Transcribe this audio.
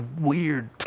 weird